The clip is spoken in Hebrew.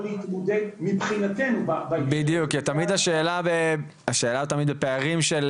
מבחינתנו --- כי תמיד השאלה, פערים של